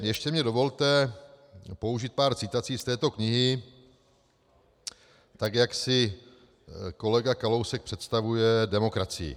Ještě mi dovolte použít pár citací z této knihy, tak jak si kolega Kalousek představuje demokracii.